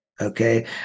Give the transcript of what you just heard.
Okay